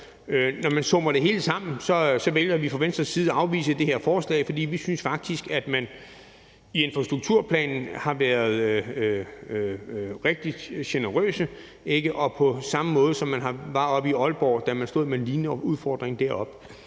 Når man summer det hele sammen, vælger vi fra Venstres side at afvise det her forslag, fordi vi faktisk synes, at man i infrastrukturplanen har været rigtig generøse på samme måde, som man var oppe i Aalborg, da man stod med en lignende udfordring deroppe.